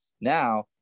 Now